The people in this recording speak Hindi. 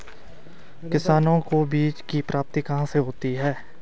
किसानों को बीज की प्राप्ति कहाँ से होती है?